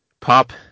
Pop